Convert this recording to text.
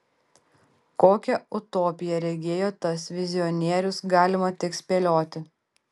kokią utopiją regėjo tas vizionierius galima tik spėlioti